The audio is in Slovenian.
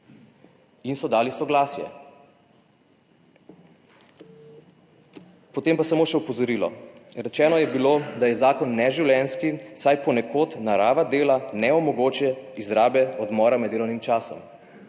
in so dali soglasje. Potem pa samo še opozorilo. Rečeno je bilo, da je zakon neživljenjski, saj ponekod narava dela ne omogoča izrabe odmora med delovnim časom.